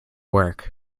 work